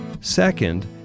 Second